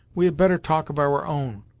we had better talk of our own.